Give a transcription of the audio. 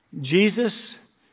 Jesus